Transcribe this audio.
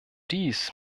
dies